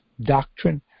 doctrine